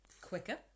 quicker